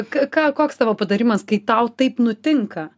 ką koks tavo patarimas kai tau taip nutinka